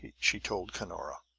she told cunora.